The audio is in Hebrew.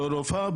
לא רופאה,